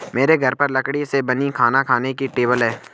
मेरे घर पर लकड़ी से बनी खाना खाने की टेबल है